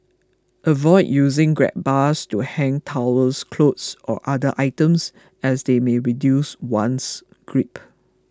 avoid using grab bars to hang towels clothes or other items as they may reduce one's grip